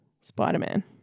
Spider-Man